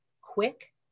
quick